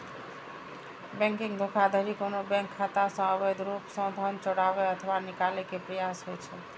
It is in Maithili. बैंकिंग धोखाधड़ी कोनो बैंक खाता सं अवैध रूप सं धन चोराबै अथवा निकाले के प्रयास होइ छै